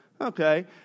okay